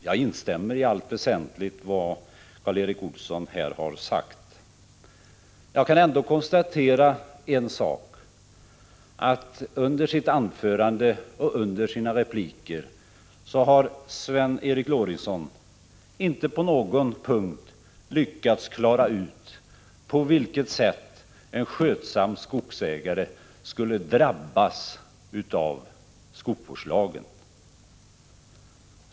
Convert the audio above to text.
Jag instämmer i allt väsentligt i det Karl Erik Olsson här har sagt. Jag vill ändå konstatera en sak: Under sitt anförande och under sina repliker har Sven Eric Lorentzon inte på någon punkt lyckats klara ut på vilket sätt en skötsam skogsägare skulle ”drabbas” av skogsvårdslagen.